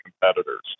competitors